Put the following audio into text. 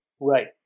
Right